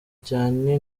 cyane